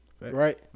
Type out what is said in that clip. Right